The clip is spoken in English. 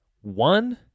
one